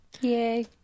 Yay